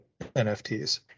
NFTs